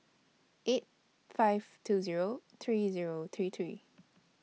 eight five two Zero three Zero three three